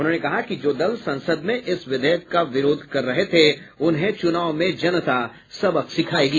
उन्होंने कहा कि जो दल संसद में इस विधेयक का विरोध कर रहे थे उन्हें चुनाव में जनता सबक सिखाएगी